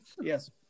Yes